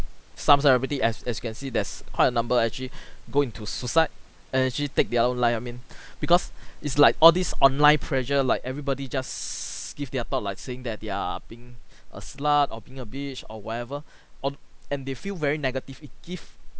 some celebrity as as you can see there's quite a number actually go into suicide and actually take their own life I mean because it's like all these online pressure like everybody just give their thought like saying that they're being a slut or being a bitch or whatever on and they feel very negative it give